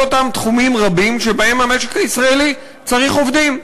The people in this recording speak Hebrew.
אותם תחומים רבים שבהם המשק הישראלי צריך עובדים.